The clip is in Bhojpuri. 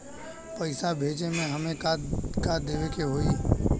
पैसा भेजे में हमे का का देवे के होई?